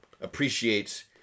appreciates